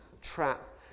trap